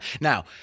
now